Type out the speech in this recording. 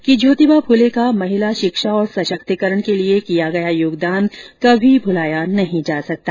उन्होंने कहा कि ज्योतिबा फुले का महिला शिक्षा और सशक्तिकरण के लिए किया गया योगदान कभी भुलाया नहीं जा सकता